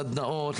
סדנאות,